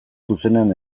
zuzenean